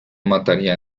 mataría